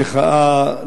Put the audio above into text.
מחאה,